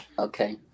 Okay